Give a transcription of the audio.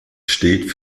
steht